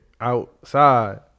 outside